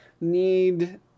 need